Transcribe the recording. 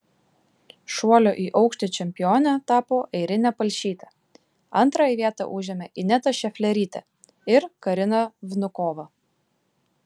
šuolio į aukštį čempione tapo airinė palšytė antrąją vietą užėmė ineta šeflerytė ir karina vnukova